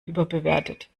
überbewertet